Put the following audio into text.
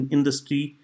Industry